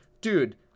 dude